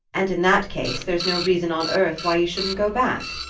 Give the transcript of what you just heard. and in that case there's no reason on earth why you shouldn't go back?